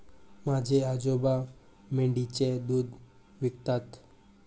माझे आजोबा मेंढीचे दूध विकतात